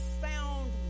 found